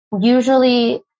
Usually